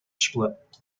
split